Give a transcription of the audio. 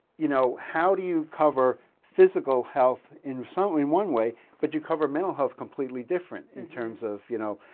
you know, how do you cover physical health in so in one way but you cover mental health completely different in terms of, you know,